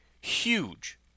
huge